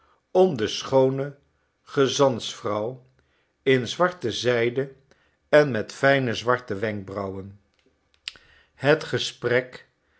om de schoone gezantsvrouw in zwarte zijde en met fijne zwarte wenkbrauwen het gesprek